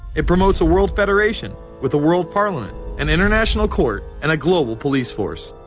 it promotes a world federation with a world parliament, an international court and a global police force.